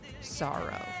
Sorrow